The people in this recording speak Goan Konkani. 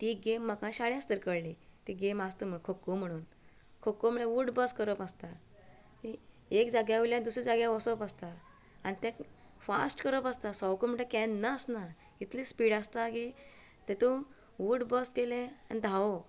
ती गॅम म्हाका शाळेंत आसतना कळ्ळी ती गॅम आसता म्हण खो खो म्हणून खो खो म्हणल्यार उट बस करप आसता एक जाग्या वयल्यान दुसरे जाग्यार वसप आसता आनी तें फास्ट करप आसता सवका म्हणटा केन्ना आसना इतली स्पीड आसता की तेतूंत उट बस केलें आनी धांवप